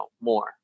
more